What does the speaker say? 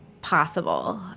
possible